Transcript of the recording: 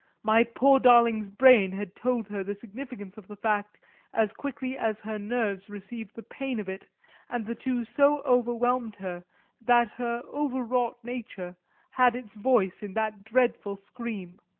my poor darling's brain had told her the significance of the fact as quickly as her nerves received the pain of it and the two so overwhelmed her that her overwrought nature had its voice in that dreadful scream.